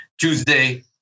Tuesday